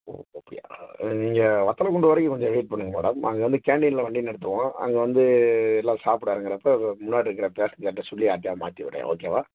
ஓ okay நீங்கள் வத்தலக்குண்டு வரைக்கும் கொஞ்சம் வெயிட் பண்ணுங்கள் மேடம் அங்கே வந்து கேண்டீனில் வண்டி நிறுத்துவோம் அங்கே வந்து எல்லாம் சாப்பிட இறங்குறப்ப முன்னாடி இருக்கிற பேஸஞ்சர்கிட்ட சொல்லி யார்கிட்டையாவது மாற்றி விட்றேன் ஓகேவா